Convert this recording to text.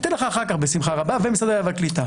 ניתן לך אחר כך בשמחה רבה, ומשרד העלייה והקליטה.